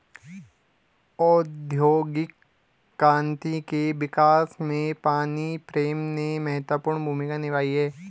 औद्योगिक क्रांति के विकास में पानी फ्रेम ने महत्वपूर्ण भूमिका निभाई है